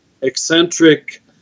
eccentric